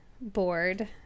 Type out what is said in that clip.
bored